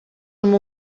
amb